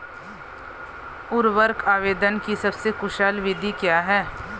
उर्वरक आवेदन की सबसे कुशल विधि क्या है?